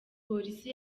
polisi